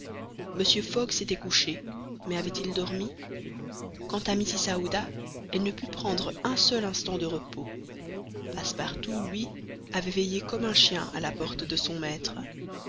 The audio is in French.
mr fogg s'était couché mais avait-il dormi quant à mrs aouda elle ne put prendre un seul instant de repos passepartout lui avait veillé comme un chien à la porte de son maître